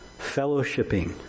fellowshipping